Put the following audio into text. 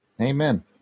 Amen